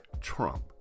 Trump